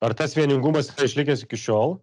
ar tas vieningumas yra išlikęs iki šiol